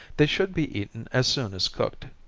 they should be eaten as soon as cooked.